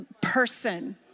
person